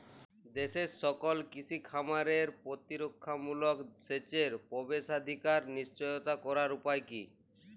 দেশের সকল কৃষি খামারে প্রতিরক্ষামূলক সেচের প্রবেশাধিকার নিশ্চিত করার উপায় কি?